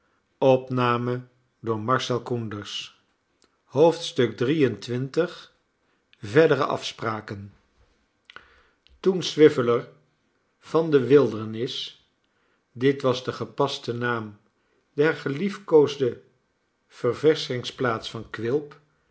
xxiii verdere afspraken toen swiveller van de wildernis dit was de gepaste naam der gelief koosde ververschingplaats van quilp